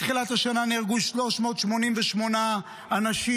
מתחילת השנה נהרגו 388 אנשים,